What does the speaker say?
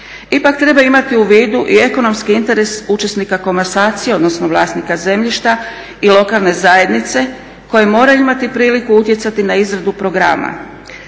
Ipak treba imati u vidu i ekonomski interes učesnika komasacije, odnosno vlasnika zemljišta i lokalne zajednice koje moraju imati priliku utjecati na izradu programa